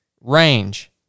range